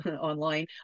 online